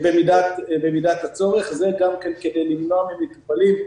זה גם כן כדי למנוע ממטופלים,